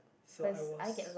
so I was